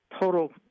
total